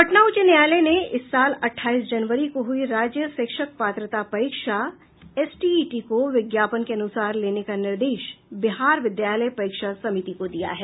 पटना उच्च न्यायालय ने इस साल अठाईस जनवरी को हुयी राज्य शिक्षक पात्रता परीक्षा एसटीइटी को विज्ञापन के अनुसार लेने का निर्देश बिहार विद्यालय परीक्षा समिति को दिया है